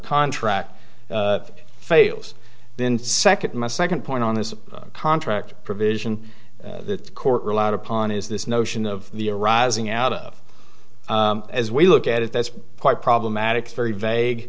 contract fails then second my second point on this contract provision that the court relied upon is this notion of the arising out of as we look at it that's quite problematic very vague